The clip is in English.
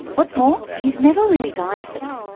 what's more, he's never really dieted.